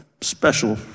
special